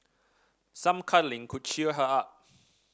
some cuddling could cheer her up